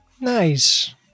Nice